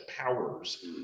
powers